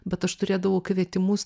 bet aš turėdavau kvietimus